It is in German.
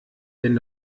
wenn